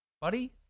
Buddy